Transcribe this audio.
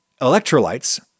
Electrolytes